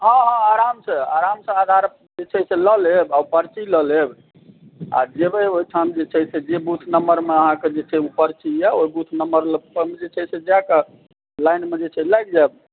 हॅं हॅं आरामसे आरामसे आधारकार्ड जे छै से लऽ लेब आ पर्ची लऽ लेब आ जेबै ओहिठाम जे बुथमे जे छै से जे नम्बरमे जे अहाँके पर्ची यऽ नम्बर परमे जे चाही से जाकऽ लाइनमे जे चाही से लागि जाउ